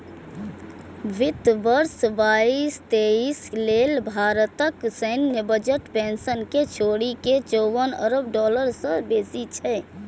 वित्त वर्ष बाईस तेइस लेल भारतक सैन्य बजट पेंशन कें छोड़ि के चौवन अरब डॉलर सं बेसी छै